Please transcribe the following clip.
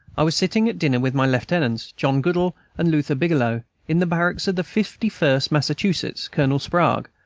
i was sitting at dinner with my lieutenants, john goodell and luther bigelow, in the barracks of the fifty-first massachusetts, colonel sprague,